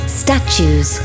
statues